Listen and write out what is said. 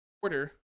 quarter